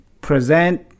present